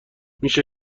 میشه